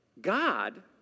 God